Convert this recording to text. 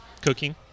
Cooking